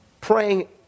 Praying